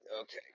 Okay